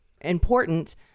important